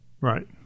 Right